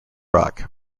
rock